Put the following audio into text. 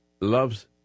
loves